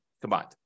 combined